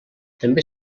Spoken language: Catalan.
també